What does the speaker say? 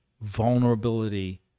vulnerability